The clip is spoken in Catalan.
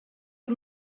per